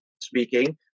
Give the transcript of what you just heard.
speaking